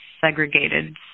segregated